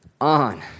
on